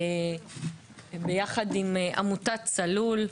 ביחד עם עמותת צלול,